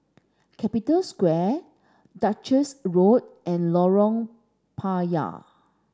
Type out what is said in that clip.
Capital Square Duchess Road and Lorong Payah